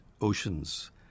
oceans